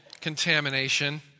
contamination